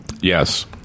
Yes